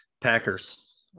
Packers